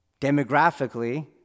demographically